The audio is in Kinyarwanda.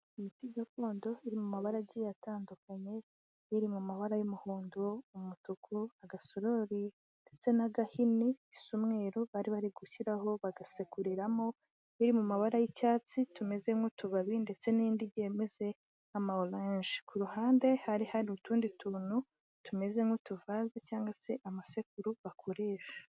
Imiti gakondo iri mu mabara agiye atandukanye, iri mu mabara y'umuhondo, umutuku, agasorori ndetse n'agahini, bisa umweru bari bari gushyiraho bagasekuriramo, iri mu mabara y'icyatsi tumeze nk'utubabi, ndetse n'indi igiye imeze amababi menshi; ku ruhande hari hari utundi tuntu tumeze nk'utuvave cyangwa se amasekuru bakoresha.